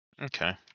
Okay